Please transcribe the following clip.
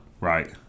Right